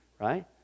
Right